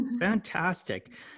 Fantastic